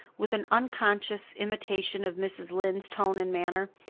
with an unconscious imitation of mrs. lynde's tone and manner.